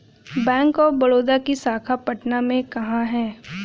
Bank of Baroda की शाखा पटना में कहाँ है?